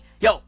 Yo